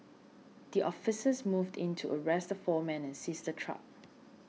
the officers moved in to arrest the four men and seize the truck